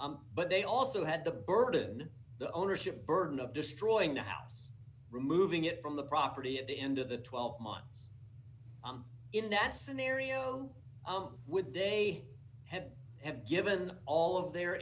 but they also had the burden the ownership burden of destroying the house removing it from the property at the end of the twelve months in that scenario would they had have given all of their